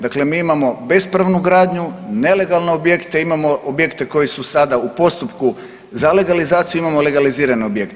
Dakle, mi imamo bespravnu gradnju, nelegalne objekte, imamo objekte koji su sada u postupku za legalizaciju, imamo legalizirane objekte.